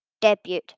Debut